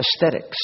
aesthetics